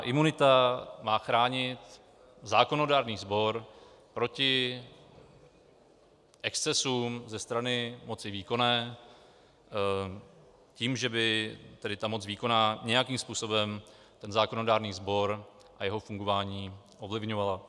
Imunita má chránit zákonodárný sbor proti excesům ze strany moci výkonné tím, že by moc výkonná nějakým způsobem zákonodárný sbor a jeho fungování ovlivňovala.